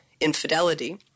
infidelity